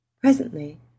Presently